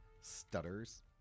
stutters